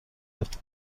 بود